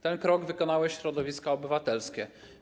Ten krok wykonały środowiska obywatelskie.